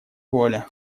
воля